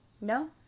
No